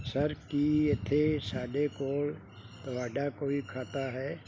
sir ਕੀ ਇੱਥੇ ਸਾਡੇ ਕੋਲ ਤੁਹਾਡਾ ਕੋਈ ਖਾਤਾ ਹੈ